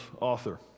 author